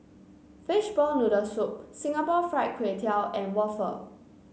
Fishball Noodle Soup Singapore Fried Kway Tiao and waffle